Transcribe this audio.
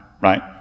right